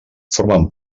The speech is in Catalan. formen